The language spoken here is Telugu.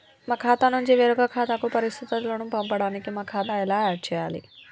మా ఖాతా నుంచి వేరొక ఖాతాకు పరిస్థితులను పంపడానికి మా ఖాతా ఎలా ఆడ్ చేయాలి?